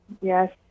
Yes